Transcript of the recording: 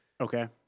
Okay